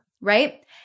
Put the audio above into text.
Right